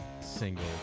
single